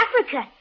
Africa